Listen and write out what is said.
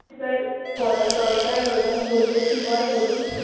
এবার পড়ার দরকার ওটা বললে কি হয় বলুন